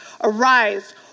Arise